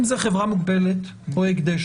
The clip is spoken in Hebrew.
אם זו חברה מוגבלת או הקדש,